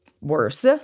Worse